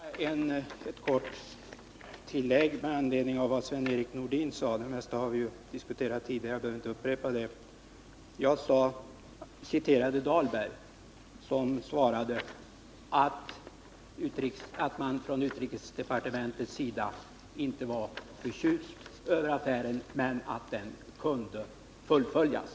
Herr talman! Bara ett kort tillägg med anledning av Sven-Erik Nordins anförande. Det mesta har vi ju redan diskuterat — jag behöver inte upprepa det. Jag citerade Benkt Dahlberg, som sade att man från utrikesdepartementets sida inte var förtjust över affären men att den kunde fullföljas.